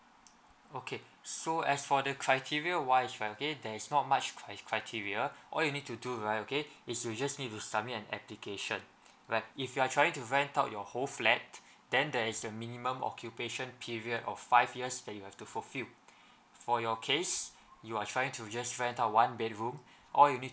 okay so as for the criteria wise right there is not much cri~ criteria all you need to do right okay is you just need to submit an application right if you are trying to rent out your whole flat then there is a minimum occupation period of five years that you have to fulfil for your case you are trying to just rent one bedroom all you need